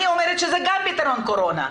אני אומרת שזה גם פתרון קורונה.